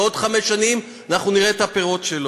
ועוד חמש שנים אנחנו נראה את הפירות שלו.